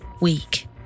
week